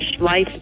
Life